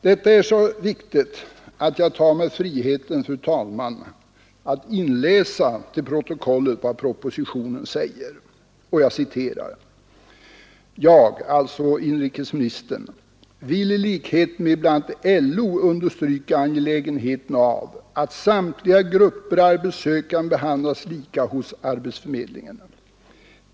Detta är så viktigt att jag tar mig friheten, fru talman, att inläsa till protokollet vad propositionen säger: ”Jag” — alltså inrikesministern — ”vill i likhet med bl.a. LO understryka angelägenheten av att samtliga grupper arbetssökande behandlas lika hos arbetsförmedlingen.